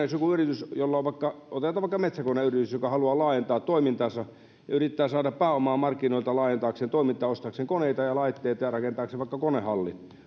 jos joku yritys otetaan vaikka metsäkoneyritys haluaa laajentaa toimintaansa ja yrittää saada pääomaa markkinoilta laajentaakseen toimintaa ostaakseen koneita ja laitteita ja rakentaakseen vaikka konehallin